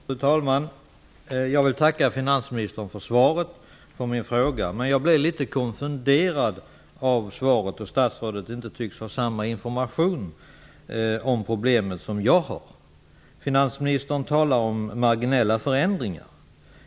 Fru talman! Jag vill tacka finansministern för svaret på min fråga. Jag blir litet konfunderad av svaret, då statsrådet inte tycks ha samma information om problemet som jag har. Finansministern talar om "marginella förändringar".